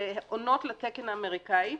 שעונות לתקן האמריקאי,